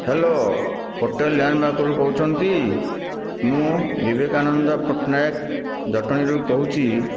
hello ହୋଟେଲ୍ରୁ ଧ୍ୟାନନାଥରୁ କହୁଛନ୍ତି ମୁଁ ବିବେକାନନ୍ଦ ପଟ୍ଟନାୟକ ଜଟଣୀରୁ କହୁଛି